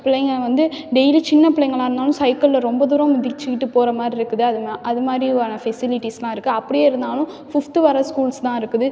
பிள்ளைங்க வந்து டெய்லி சின்ன பிள்ளைங்களா இருந்தாலும் சைக்கிளில் ரொம்ப தூரம் மிதிச்சுக்கிட்டு போகிற மாதிரி இருக்குது அதுங்க அது மாதிரியான ஃபெசிலிடீஸ்லாம் இருக்குது அப்படியே இருந்தாலும் ஃபுப்த்து வரை ஸ்கூல்ஸ் தான் இருக்குது